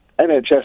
NHS